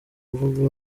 kuvuga